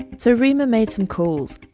so reema made some calls,